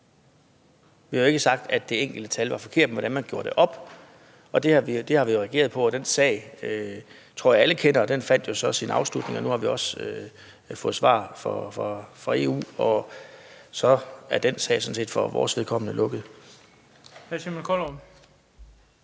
Vi sagde ikke, at de enkelte tal var forkerte, men det handlede om, hvordan man gjorde det op. Det reagerede vi på. Den sag tror jeg alle kender, og den fandt jo så sin afslutning. Nu har vi også fået svar fra EU, og så er den sag sådan set for vores vedkommende lukket.